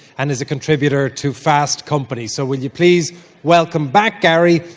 and is a contributor to fast company. so will you please welcome back gary,